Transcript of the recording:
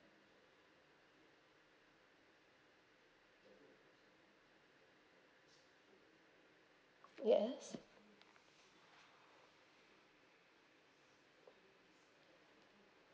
yes